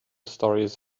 stories